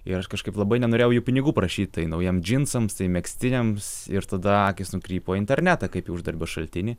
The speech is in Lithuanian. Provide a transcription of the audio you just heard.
ir aš kažkaip labai nenorėjau jų pinigų prašyt tai naujiem džinsams tai megztiniams ir tada akys nukrypo į internetą kaip į uždarbio šaltinį